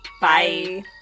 Bye